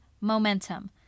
momentum